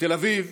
בתל אביב,